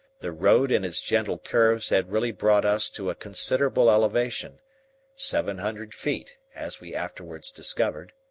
the road in its gentle curves had really brought us to a considerable elevation seven hundred feet, as we afterwards discovered.